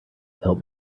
help